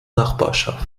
nachbarschaft